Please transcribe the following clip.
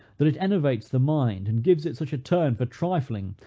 that it enervates the mind, and gives it such a turn for trifling,